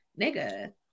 nigga